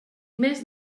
més